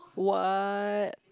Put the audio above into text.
what